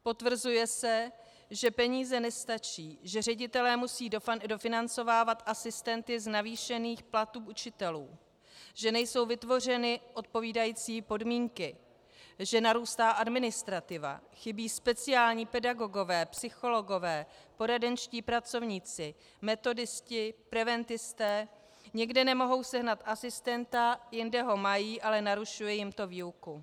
Potvrzuje se, že peníze nestačí, že ředitelé musí dofinancovávat asistenty z navýšených platů učitelů, že nejsou vytvořeny odpovídající podmínky, že narůstá administrativa, chybí speciální pedagogové, psychologové, poradenští pracovníci, metodisté, preventisté, někde nemohou sehnat asistenta, jinde ho mají, ale narušuje jim to výuku.